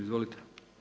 Izvolite.